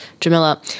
Jamila